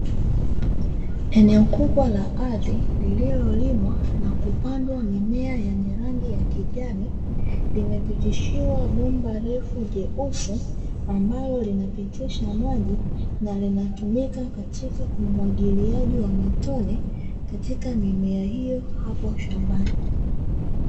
Eneo kubwa la ardhi lililolimwa na kupandwa mimea yenye rangi ya kijani, limepitishiwa bomba refu jeusi ambalo linapitisha maji na linatumika katika umwagiliaji wa matone katika mimea hiyo hapo shambani.